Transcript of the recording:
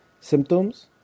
symptoms